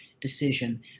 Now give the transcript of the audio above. decision